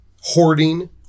hoarding